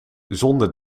zonder